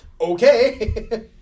Okay